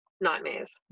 nightmares